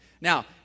Now